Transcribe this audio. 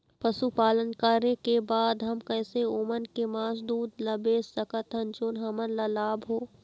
पशुपालन करें के बाद हम कैसे ओमन के मास, दूध ला बेच सकत हन जोन हमन ला लाभ हो?